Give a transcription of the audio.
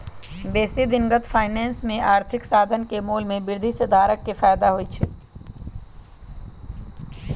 बेशी दिनगत फाइनेंस में आर्थिक साधन के मोल में वृद्धि से धारक के फयदा होइ छइ